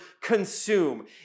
consume